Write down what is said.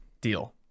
Deal